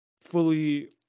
fully